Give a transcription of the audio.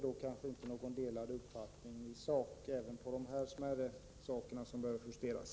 Då kanske vi inte har några delade uppfattningar i sak när det gäller de smärre justeringar som bör göras.